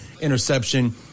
Interception